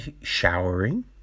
showering